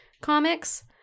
comics